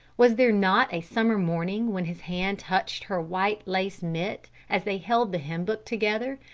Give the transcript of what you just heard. was there not a summer morning when his hand touched her white lace mitt as they held the hymn-book together,